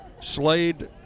Slade